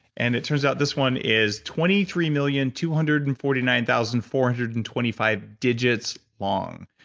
and it turns out this one is twenty three million two hundred and forty nine thousand four hundred and twenty five digits long,